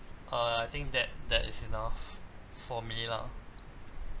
uh I think that that is enough for me lah